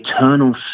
eternal